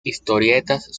historietas